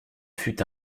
fût